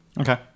Okay